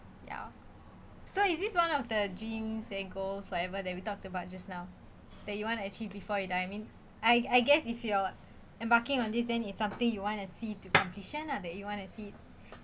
ya so is this one of the dream say goals whatever that we talked about just now that you want to achieve before you die I mean I I guess if you're embarking on this then it's something you wanna see to completion or that you wanna see